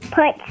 put